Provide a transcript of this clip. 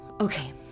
Okay